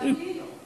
גם לי לא.